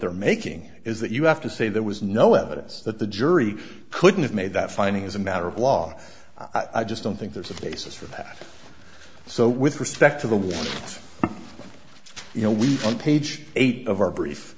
they're making is that you have to say there was no evidence that the jury couldn't have made that finding as a matter of law i just don't think there's a basis for that so with respect to the war you know we're on page eight of our brief